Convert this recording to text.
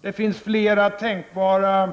Det finns flera tänkbara